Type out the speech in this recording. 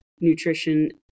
nutrition